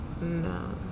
no